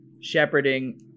shepherding